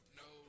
no